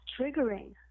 triggering